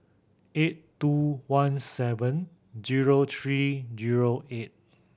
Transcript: eight two one seven zero three zero eight